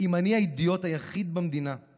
אם אני האידיוט היחיד במדינה /